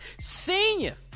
senior